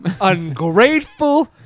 ungrateful